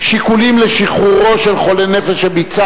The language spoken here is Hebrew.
שיקולים לשחרורו של חולה נפש שביצע